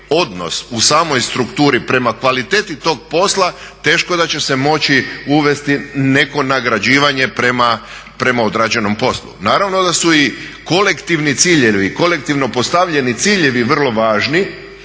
u samoj strukturi prema kvaliteti tog posla teško da će se moći uvesti neko nagrađivanje prema odrađenom poslu. Naravno da su i kolektivni ciljevi, kolektivno postavljeni ciljevi vrlo važni